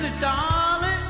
Darling